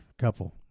couple